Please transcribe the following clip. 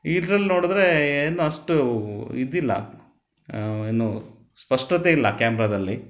ಇದರಲ್ಲಿ ನೋಡಿದರೆ ಏನು ಅಷ್ಟು ಇದಿಲ್ಲ ಏನು ಸ್ಪಷ್ಟತೆ ಇಲ್ಲ ಕ್ಯಾಮ್ರಾದಲ್ಲಿ